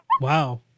wow